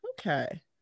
Okay